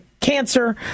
cancer